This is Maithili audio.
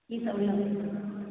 की सब लेबै